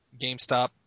GameStop